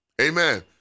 Amen